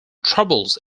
troubles